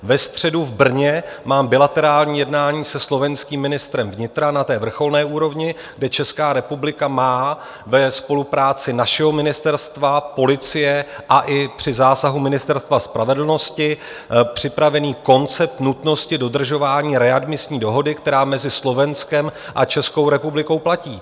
Ve středu v Brně mám bilaterální jednání se slovenským ministrem vnitra na vrcholné úrovni, kde Česká republika má ve spolupráci našeho ministerstva, policie a i při zásahu Ministerstva spravedlnosti připravený koncept nutnosti dodržování readmisní dohody, která mezi Slovenskem a Českou republikou platí.